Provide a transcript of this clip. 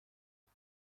کار